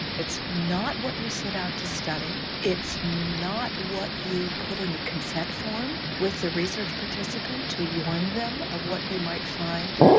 it's not what you set out to study. it's not what you put in the consent form with the research participant to warn them of what you might find.